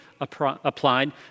applied